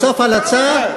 בסוף הלצה,